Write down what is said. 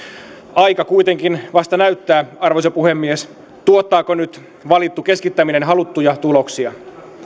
aika kuitenkin vasta näyttää arvoisa puhemies tuottaako nyt valittu keskittäminen haluttuja tuloksia